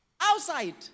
Outside